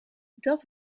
dat